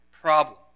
problem